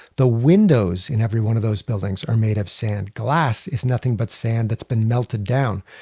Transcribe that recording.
the windows in every one of those buildings are made of sand. glass is nothing but sand that's been melted down.